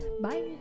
Bye